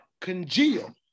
congeal